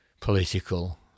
political